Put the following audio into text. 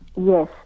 Yes